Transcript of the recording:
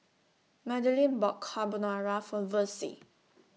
Madilynn bought Carbonara For Versie